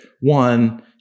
one